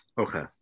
Okay